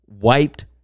wiped